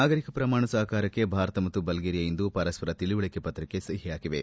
ನಾಗರಿಕ ಪರಮಾಣು ಸಹಕಾರಕ್ಕೆ ಭಾರತ ಮತ್ತು ಬಲ್ಗೇರಿಯಾ ಇಂದು ಪರಸ್ವರ ತಿಳುವಳಕೆ ಪತ್ರಕ್ಷೆ ಸಹಿ ಹಾಕಿವೆ